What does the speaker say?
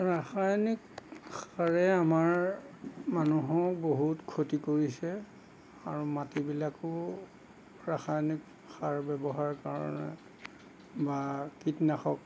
ৰাসায়নিক সাৰে আমাৰ মানুহক বহুত ক্ষতি কৰিছে আৰু মাটিবিলাকো ৰাসায়নিক সাৰ ব্যৱহাৰ কাৰণে বা কীটনাশক